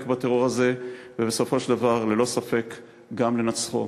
בטרור הזה ובסופו של דבר ללא ספק גם לנצחו.